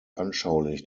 anschaulich